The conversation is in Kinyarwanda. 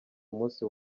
umunsi